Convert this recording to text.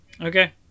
Okay